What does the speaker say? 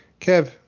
Kev